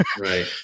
Right